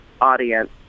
audience